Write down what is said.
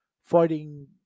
fighting